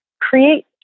create